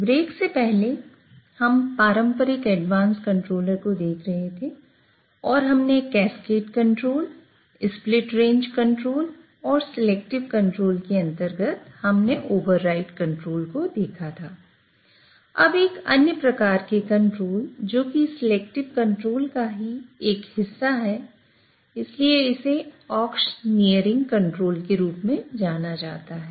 break से पहले हम पारंपरिक एडवांस कंट्रोलर के रूप में जाना जाता है